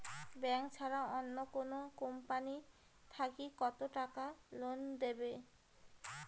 Bank ছাড়া অন্য কোনো কোম্পানি থাকি কত টাকা লোন দিবে?